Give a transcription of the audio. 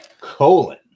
colon